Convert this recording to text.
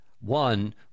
one